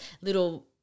little –